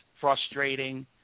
frustrating